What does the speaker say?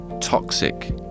toxic